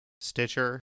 Stitcher